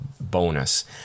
bonus